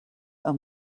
amb